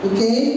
Okay